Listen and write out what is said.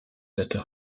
wetter